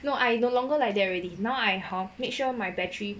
no I no longer like that already now I hor make sure my battery